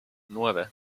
nueve